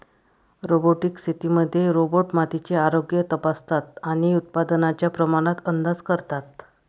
robotic शेतीमध्ये robot मातीचे आरोग्य तपासतात आणि उत्पादनाच्या प्रमाणात अंदाज करतात